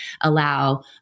allow